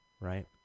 Right